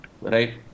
right